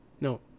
No